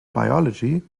biology